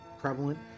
prevalent